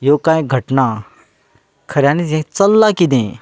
ह्यो कांय घटणां खऱ्यानीच हें चल्लां कितें